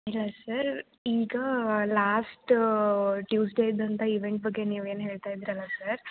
ಇಲ್ಲ ಸರ್ ಈಗ ಲಾಸ್ಟ್ ಟ್ಯೂಸ್ಡೇದಂತ ಈವೆಂಟ್ ಬಗ್ಗೆ ನೀವು ಏನು ಹೇಳ್ತಾ ಇದ್ದೀರಲ್ಲ ಸರ್